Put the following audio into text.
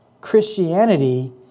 christianity